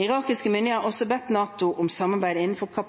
Irakiske myndigheter har også bedt NATO om samarbeid innenfor